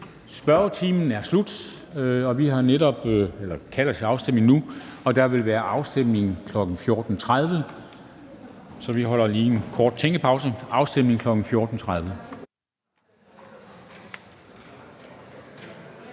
Spørgetimen er slut. Vi kalder til afstemning nu, og der vil være afstemning kl. 14.30. Så vi holder lige en kort tænkepause. Mødet er udsat. (Kl. 14:20).